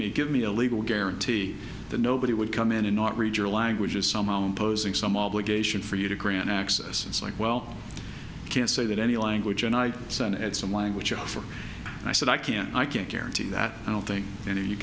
me give me a legal guarantee that nobody would come in and not read your language is somehow imposing some obligation for you to grant access it's like well you can't say that any language and i send it some language offer and i said i can't i can't guarantee that i don't think